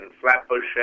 Flatbush